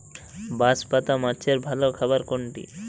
বাঁশপাতা মাছের ভালো খাবার কোনটি?